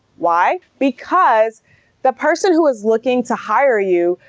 why? because the person who is looking to hire you,